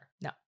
No